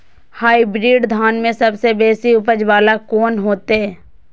Hybrid धान में सबसे बेसी उपज बाला कोन हेते?